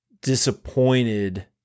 disappointed